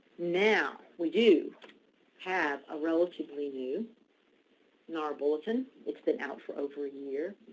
now, we do have a relatively new nara bulletin. it's been out for over a year.